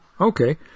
Okay